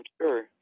sure